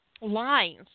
lines